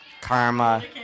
Karma